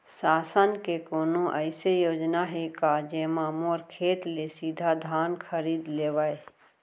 शासन के कोनो अइसे योजना हे का, जेमा मोर खेत ले सीधा धान खरीद लेवय?